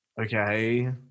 okay